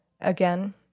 again